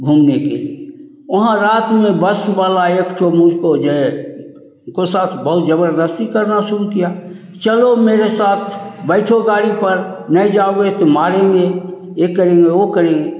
घूमने के लिए वहाँ रात में बस वाला एकठो मिरको जे को साथ बहुत ज़बरदस्ती करना शुरू किया चलो मेरे साथ बैठो गाड़ी पर नहीं जाओगे तो मारेंगे ए करेंगे वह करेंगे